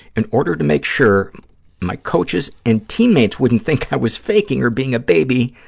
in order to make sure my coaches and teammates wouldn't think i was faking or being a baby,